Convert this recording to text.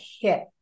hit